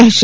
રહેશે